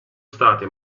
state